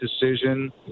decision